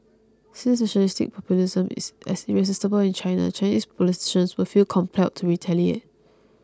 since nationalistic populism is as irresistible in China Chinese politicians will feel compelled to retaliate